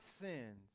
sins